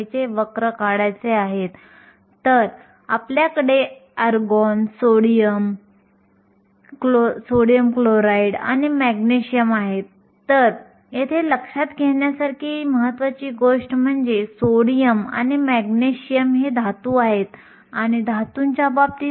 electric क्षेत्रामध्ये electron हे क्षेत्राच्या विरुद्ध दिशेने जातील छिद्रे क्षेत्राच्या दिशेने जातील आणि शेवटी तुम्हाला विद्युत् प्रवाह मिळेल